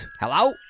Hello